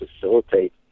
facilitate